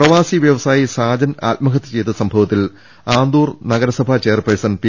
പ്രവാസി വ്യവസായി സാജൻ ആത്മഹത്യ ചെയ്ത സംഭവത്തിൽ ആന്തൂർ നഗരസഭ ചെയർപെഴ്സൺ പി